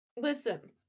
Listen